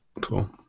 Cool